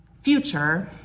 future